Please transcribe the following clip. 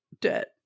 debt